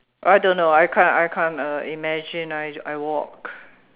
I don't know I can't I can't uh imagine I I walk